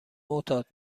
معتاد